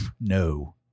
no